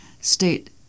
State